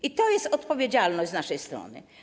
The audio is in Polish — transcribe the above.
I to jest odpowiedzialność z naszej strony.